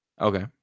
okay